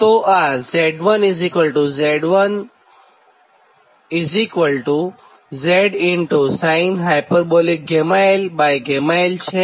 તો આ Z1Z sin hγl l છે